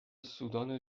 سودان